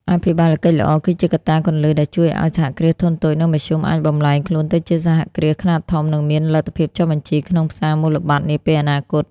អភិបាលកិច្ចល្អគឺជាកត្តាគន្លឹះដែលជួយឱ្យ សហគ្រាសធុនតូច និងមធ្យម អាចបំប្លែងខ្លួនទៅជាសហគ្រាសខ្នាតធំ និងមានលទ្ធភាពចុះបញ្ជីក្នុងផ្សារមូលបត្រនាពេលអនាគត។